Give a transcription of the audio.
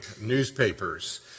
newspapers